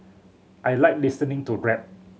I like listening to rap